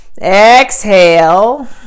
exhale